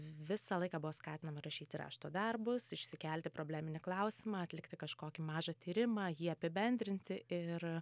visą laiką buvo skatinama rašyti rašto darbus išsikelti probleminį klausimą atlikti kažkokį mažą tyrimą jį apibendrinti ir